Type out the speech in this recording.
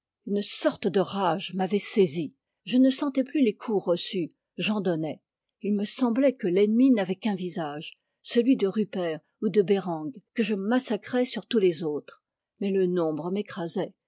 une sorte de rage m'avait saisi je ne sentais plus les coups reçus j'en donnais il me semblait que l'ennemi n'avait qu'un visage celui de rupert ou de bereng que je massacrais sur tous les autres mais le nombre m'écrasait